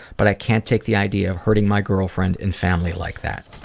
but i can't take the idea of hurting my girlfriend and family like that.